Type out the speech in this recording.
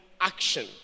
action